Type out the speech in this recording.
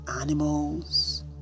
animals